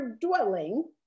dwelling